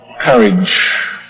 Courage